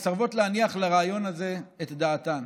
מסרבות להניח לרעיון הזה את דעתן.